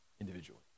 individually